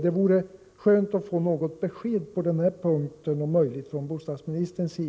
Det vore skönt att få något besked på den punkten, om möjligt från bostadsministern.